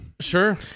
Sure